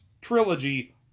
trilogy